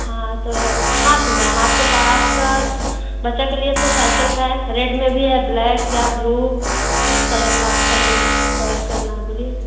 हाँ तो हाँ तो मैम आपके पास आपका बच्चा के लिए तो साइकिल है रेड में भी है ब्लैक या ब्लू किस कलर का आपका जो चॉइस करना है बोलिए